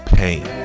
pain